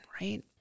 right